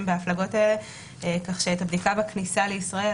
בהפלגות האלה כך שאת הבדיקה בכניסה לישראל,